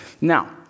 Now